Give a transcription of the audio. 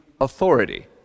authority